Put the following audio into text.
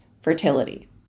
fertility